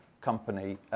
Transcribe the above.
company